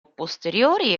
posteriori